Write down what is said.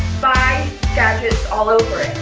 five gadgets all over it.